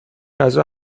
غذا